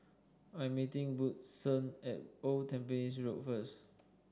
I'm meeting Woodson at Old Tampines Road first